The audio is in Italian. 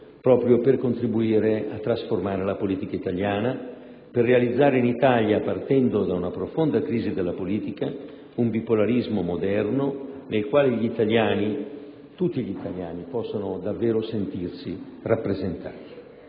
proprio per contribuire a trasformare la politica italiana, per realizzare in Italia, partendo da una profonda crisi della politica, un bipolarismo moderno nel quale tutti gli italiani possano davvero sentirsi rappresentati.